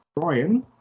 Brian